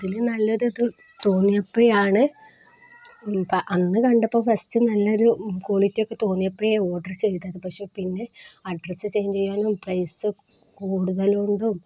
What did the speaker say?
അതില് നല്ലൊരിതു തോന്നിയപ്പോഴാണ് അപ്പോള് അന്നു കണ്ടപ്പോള് ഫസ്റ്റ് നല്ലൊരു ക്വാളിറ്റിയൊക്കെ തോന്നിയപ്പോഴേ ഓർഡർ ചെയ്തത് പക്ഷെ പിന്നെ അഡ്രസ്സ് ചേഞ്ച് ചെയ്യാനും പ്രൈസ് കൂടുതല്കൊണ്ടും